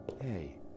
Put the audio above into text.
Hey